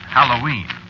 Halloween